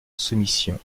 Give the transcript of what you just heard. soumission